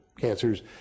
cancers